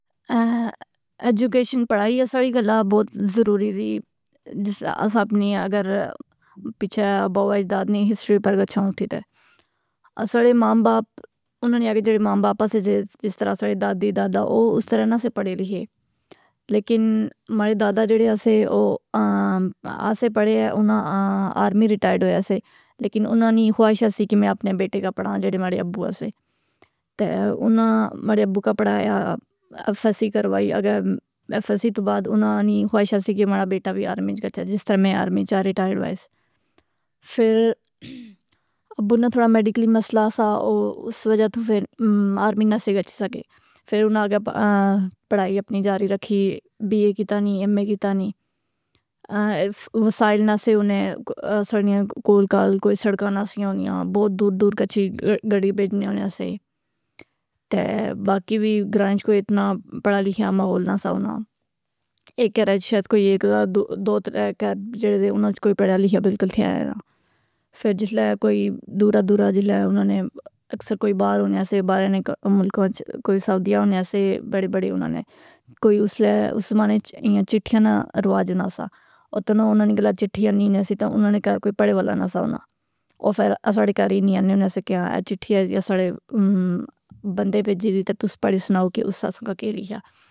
ایجوکیشن پڑھائی اساڑی گلا بہت ضروری زی۔ جس طرح اس اپنی اگر پچھے ابا ؤاجداد نی ہسٹری پر گچھاں اٹھی تہ۔ اساڑے ماں باپ اناں نے آگے جڑے ماں باپ اس جس طرح اساڑے دادی دادا او اس طرح نہ سے پڑھے لکھے۔ لیکن ماڑے دادا جڑے اسے او اسے پڑھے۔ اناں آرمی ریٹائرڈ ہوۓ اسے۔ لیکن اناں نی خواہشہ اسی کہ میں اپنے بیٹے کا پڑھا جڑے ماڑے ابّواسے۔ تہ اناں ماڑے ابّو کا پڑھایا ایف ایسی کروائی اگے ایف ایسی تو بعد اناں نی خواہشہ اسی کہ ماڑا بیٹا وی آرمی اچ گچھے جس طرح میں آرمی اچ آ ریٹائر وائز۔ فر ابّو نہ تھوڑا میڈیکلی مسئلہ سا۔ او اس وجہ تو فر آرمی نہ سے گچھی سکے۔ فر اناں اگے پڑھائی اپنی جاری رکھی، بی اے کتا نیں ایم اے کتا نیں۔ وسائل نہ سے ہونے اسڑنیاں کول کال کوئی سڑکاں نہ سیاں ہونیاں۔ بہت دور دور کچھی گڑی بیجنی ہونے سے تہ۔ باقی وی گراں اچ کوئی اتنا پڑھا لکھیا ماحول نہ سا ہونا۔ ایک گھرا اچ شاید کوئی اک دو ترہ گھر جڑے دے اناں اچ کوئی پڑھا لکھیا بلکل تھیا نہ۔ فر جسلے کوئی دورہ دورہ جسلے اناں نے اکثر کوئی بار ہونیا سے بارہ نے ملکاں اچ کوئی سعودیہ ہونیا سے، بڑے بڑے اناں نے۔ کوئی اسلے اس زمانے اچ ایاں چٹھیاں نہ رواج ہونا سا۔ اتنا اناں نی گلہ چٹھی آنی نہ سی تہ اناں نے گھر کوئی پڑھے والا نہ سا ہونہ۔ او فر اساڑے گھر ہنی آنے ہونے سے کہ ہاں اے چٹھی آئی دی اساڑے بندے پیجی دی تہ توس پڑھی سناؤ کہ اس آساں کا کہ لکھیا.